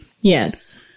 Yes